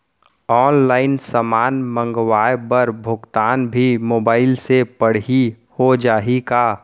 Online समान मंगवाय बर भुगतान भी मोबाइल से पड़ही हो जाही का?